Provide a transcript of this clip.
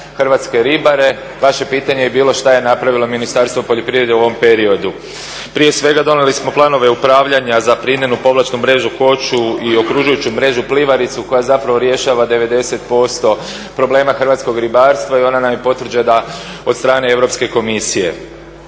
hrvatske ribare. Vaše pitanje je bilo što je napravilo Ministarstvo poljoprivrede u ovom periodu. Prije svega donijeli smo planove upravljanja za primjenu povlačnu mrežu koču i okružujuću mrežu plivaricu koja zapravo rješava 90% problema hrvatskog ribarstva i ona nam je potvrđena od strane Europske komisije.